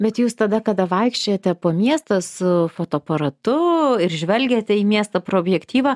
bet jūs tada kada vaikščiojate po miestą su fotoaparatu ir žvelgiate į miestą pro objektyvą